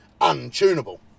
untunable